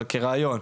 אבל כרעיון.